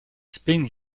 spain